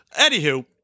Anywho